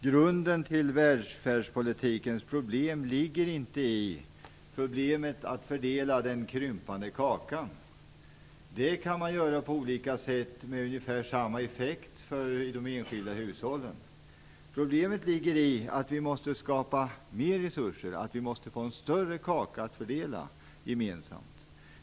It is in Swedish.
Fru talman! Grunden till välfärdspolitikens problem ligger inte i uppgiften att fördela den krympande kakan. Det kan man göra på olika sätt och med ungefär samma effekt för de enskilda hushållen. Problemet ligger i att vi måste skapa större resurser och en större kaka att fördela gemensamt.